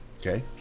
Okay